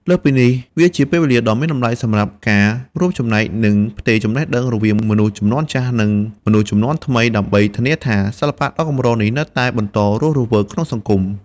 លើសពីនេះ វាជាពេលវេលាដ៏មានតម្លៃសម្រាប់ការ រួមចំណែក និង ផ្ទេរចំណេះដឹង រវាងមនុស្សជំនាន់ចាស់ និងមនុស្សជំនាន់ថ្មី ដើម្បីធានាថា សិល្បៈដ៏កម្រនេះនៅតែបន្តរស់រវើកក្នុងសហគមន៍។